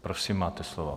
Prosím, máte slovo.